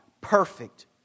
perfect